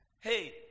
hey